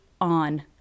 on